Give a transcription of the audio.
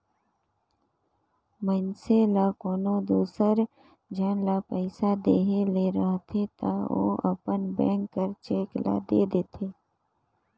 मइनसे ल कोनो दूसर झन ल पइसा देहे ले रहथे ता ओ अपन बेंक कर चेक ल दे देथे